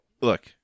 look